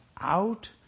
out